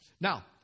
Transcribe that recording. Now